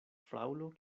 fraŭlo